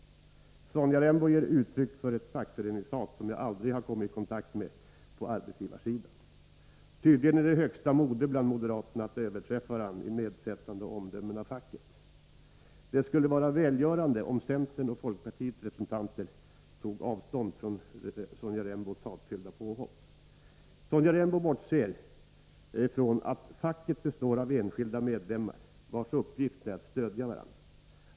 Sonja Rembo gav uttryck för ett fackföreningshat som jag aldrig har kommit i kontakt med på arbetsgivarsidan. Tydligen är det högsta mode bland moderaterna att överträffa varandra i nedsättande omdömen om facket. Det skulle vara välgörande om centerns och folkpartiets representanter tog avstånd från Sonja Rembos hatfyllda påhopp. Sonja Rembo bortser från att facket består av enskilda medlemmar, vilkas uppgift är att stödja varandra.